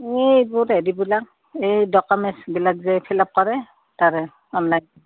এইবোৰ হেৰিবিলাক এই ডকুমেণ্টছবিলাক যে ফিল আপ কৰে তাৰে অনলাইন